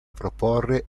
proporre